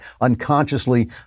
unconsciously